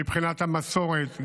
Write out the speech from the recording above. מבחינת המסורת,